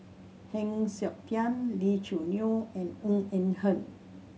Heng Siok Tian Lee Choo Neo and Ng Eng Hen